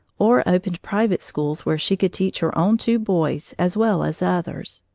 or opened private schools where she could teach her own two boys as well as others.